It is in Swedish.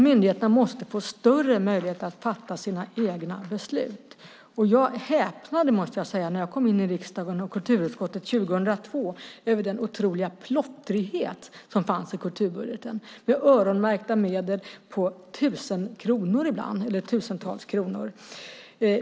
Myndigheterna måste få större möjligheter att fatta sina egna beslut, och jag måste säga att jag häpnade över den otroliga plottrighet som fanns i kulturbudgeten när jag kom in i riksdagen och kulturutskottet 2002. Det var öronmärkta medel på tusentals kronor.